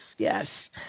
Yes